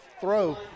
throw